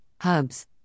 hubs